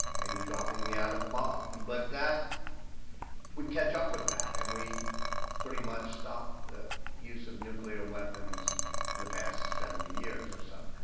maybe dropping the atom bomb. but we we catch up with that and we pretty much stop the use of nuclear weapons in the past seventy years or so.